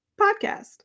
podcast